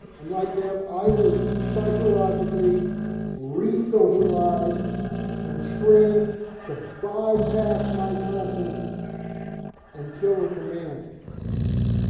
and like them, i was psychologically resocialized and trained to bypass my conscience and kill on command.